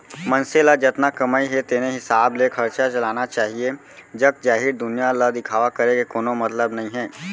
मनसे ल जतना कमई हे तेने हिसाब ले खरचा चलाना चाहीए जग जाहिर दुनिया ल दिखावा करे के कोनो मतलब नइ हे